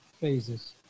phases